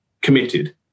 committed